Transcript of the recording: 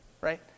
right